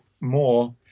more